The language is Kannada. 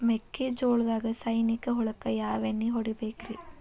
ಮೆಕ್ಕಿಜೋಳದಾಗ ಸೈನಿಕ ಹುಳಕ್ಕ ಯಾವ ಎಣ್ಣಿ ಹೊಡಿಬೇಕ್ರೇ?